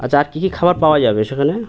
আচ্ছা আর কী কী খাবার পাওয়া যাবে সেখানে